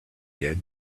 did